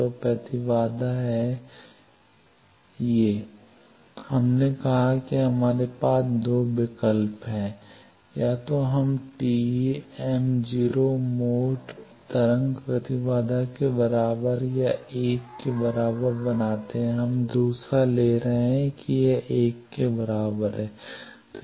तो प्रतिबाधा है हमने कहा कि हमारे पास 2 विकल्प हैं या तो हम इसे TEm 0 मोड तरंग प्रतिबाधा के बराबर या 1 के बराबर बनाते हैं हम दूसरा ले रहे हैं कि यह 1 के बराबर है